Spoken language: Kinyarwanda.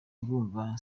urumva